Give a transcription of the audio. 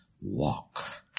walk